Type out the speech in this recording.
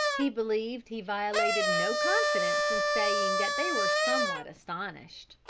he believed he violated no confidence in saying that they were somewhat astonished.